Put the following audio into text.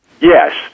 Yes